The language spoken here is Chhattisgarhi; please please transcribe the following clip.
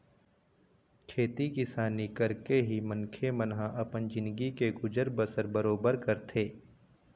खेती किसानी करके ही मनखे मन ह अपन जिनगी के गुजर बसर बरोबर करथे